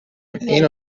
اینو